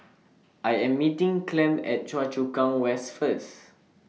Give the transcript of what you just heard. I Am meeting Clem At Choa Chu Kang West First